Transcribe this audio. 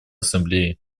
ассамблеи